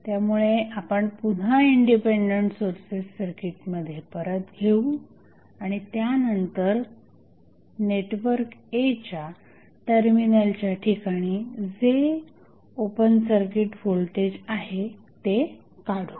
त्यामुळे आपण पुन्हा इंडिपेंडेंट सोर्सेस सर्किटमध्ये परत घेऊ आणि त्यानंतर नेटवर्क A च्या टर्मिनलच्या ठिकाणी जे ओपन सर्किट व्होल्टेज आहे ते काढू